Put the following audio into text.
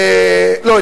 לא,